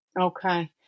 Okay